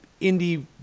indie